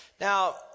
Now